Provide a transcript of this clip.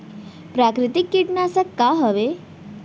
प्राकृतिक कीटनाशक का हवे?